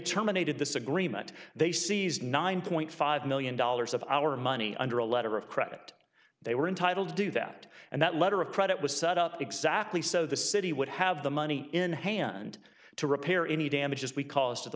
terminated this agreement they seized nine point five million dollars of our money under a letter of credit they were entitled to do that and that letter of credit was set up exactly so the city would have the money in hand to repair any damages we caused at the